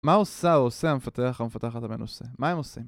מה עושה? עושה המפתח, המפתחת המנוסה. מה הם עושים?